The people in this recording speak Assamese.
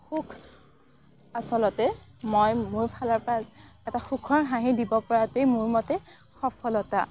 সুখ আচলতে মই মোৰ ফালৰ পৰা এটা সুখৰ হাঁহি দিব পৰাটোৱেই মোৰ মতে সফলতা